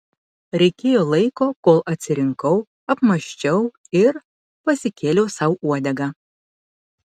reikėjo laiko kol atsirinkau apmąsčiau ir pasikėliau sau uodegą